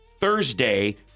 Thursday